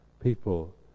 people